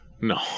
No